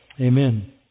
Amen